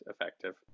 effective